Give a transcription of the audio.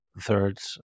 thirds